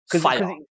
fire